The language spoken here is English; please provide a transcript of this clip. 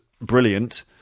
brilliant